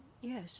Yes